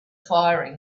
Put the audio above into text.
firing